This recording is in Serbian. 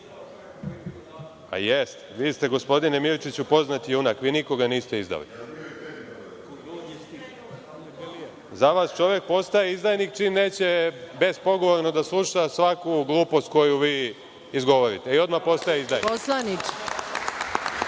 …)Jeste, vi ste gospodine Mirčiću poznati junak i nikoga niste izdali. Za vas čovek postaje izdajnik čim neće bespogovorno da sluša svaku glupost koju vi izgovarate i odmah postaje izdajnik.